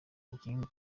umukinnyi